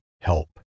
help